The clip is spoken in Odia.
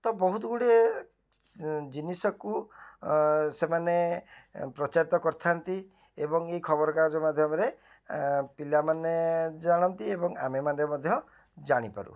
ତ ବହୁତଗୁଡ଼ିଏ ଜିନିଷକୁ ଅ ସେମାନେ ପ୍ରଚାରିତ କରିଥାନ୍ତି ଏବଂ ଏ ଖବରକାଗଜ ମାଧ୍ୟମରେ ପିଲାମାନେ ଜାଣନ୍ତି ଏବଂ ଆମେମାନେ ମଧ୍ୟ ଜାଣିପାରୁ